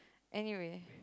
anyway